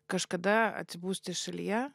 kažkada atsibusti šalyje